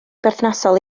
berthnasol